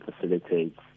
facilitates